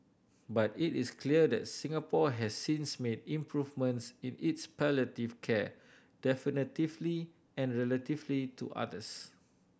but it is clear that Singapore has since made improvements in its palliative care definitively and relatively to others